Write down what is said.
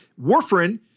warfarin